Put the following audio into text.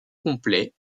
complet